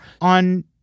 On